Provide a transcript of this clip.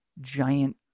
giant